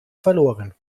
verloren